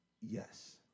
yes